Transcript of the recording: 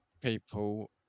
people